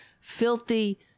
filthy